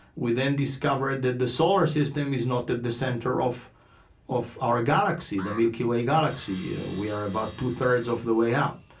we then discovered that the solar system is not at the center of of our galaxy, the milky way galaxy. we are about two-thirds of the way out.